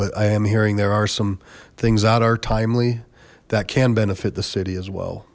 but i am hearing there are some things out are timely that can benefit the city as well